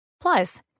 Plus